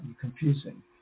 confusing